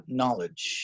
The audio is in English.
knowledge